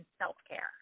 self-care